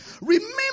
remember